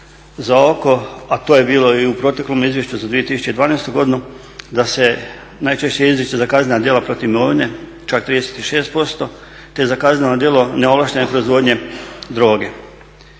za oko a to je bilo i u proteklom izvješću za 2012. godinu da se najčešće izriče za kaznena djela protiv imovine čak 36%, te za kazneno djelo neovlaštene proizvodnje droge.